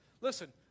Listen